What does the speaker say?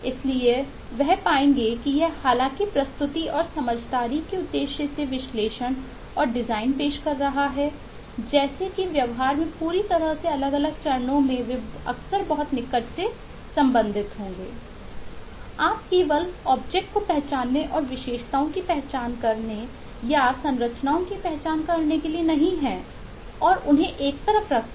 इसलिए वह पाएंगे कि यह हालांकि प्रस्तुति और समझदारी के उद्देश्य से विश्लेषण और डिजाइन पेश कर रहा है जैसे कि व्यवहार में पूरी तरह से अलग अलग चरणों में वे अक्सर बहुत निकट से संबंधित होंगे